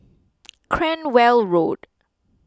Cranwell Road